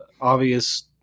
obvious